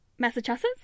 Massachusetts